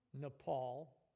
Nepal